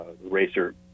racer